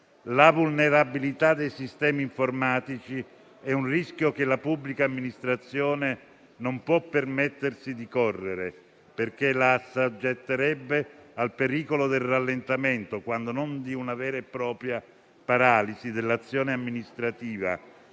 La vulnerabilità dei sistemi informatici è un rischio che la pubblica amministrazione non può permettersi di correre, perché la assoggetterebbe al pericolo del rallentamento, quando non di una vera e propria paralisi dell'azione amministrativa,